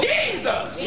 Jesus